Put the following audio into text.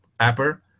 apper